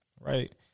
right